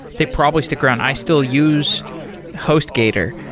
they probably stick around i still use hostgator.